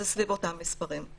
זה סביב אותם מספרים.